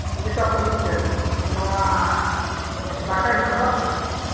ᱩᱲᱤᱥᱥᱟ ᱯᱚᱱᱚᱛ ᱥᱮᱫ ᱱᱚᱣᱟ ᱫᱟᱠᱟ ᱦᱤᱞᱳᱜ ᱵᱟᱝᱼᱟ